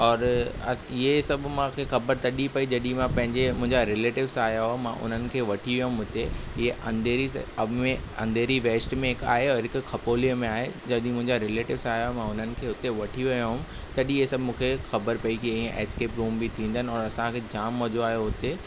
और इहे सभु मूंखे ख़बरु तॾहिं पई जॾहिं मां पंहिंजे मुंहिंजा रिलेटिव्स आया मां उन्हनि खे वठीयुमि हुते जे अंधेरी से अॻु में अंधेरी वैस्ट में हिकु आहे और हिकु खपोली में आहे जॾहिं मुंहिंजा रिलेटिव्स आया मां उन्हनि खे हुते वठी वयुमि तॾहिं इहे सभु मूंखे ख़बरु पई की इएं एस्केप रूम बि थींदा आहिनि और असांखे जामु मज़ो आयो हुते